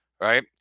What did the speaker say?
right